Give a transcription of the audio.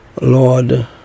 Lord